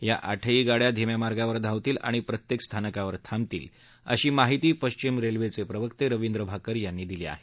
या आठही गाडया धीम्या मार्गावर धावतील आणि प्रत्येक स्थानकावर थांबतील अशी माहिती पश्विम रेल्वेचे प्रवक्ते रविंद्र भाकर यांनी दिली आहे